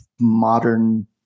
modern